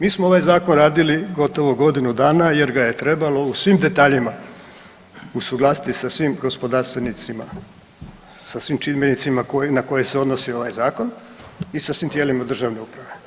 Mi smo ovaj Zakon radili gotovo godinu dana jer ga je trebalo u svim detaljima usuglasiti sa svim gospodarstvenicima, sa svim čimbenicima na koje se odnosi ovaj Zakon i sa svim tijelima državne uprave.